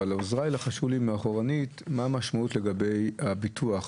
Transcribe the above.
אבל עוזריי לחשו לי מה המשמעות לגבי הביטוח,